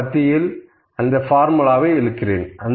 இந்த பத்தியில் அந்த ஃபார்முலாவை இழுக்கிறேன்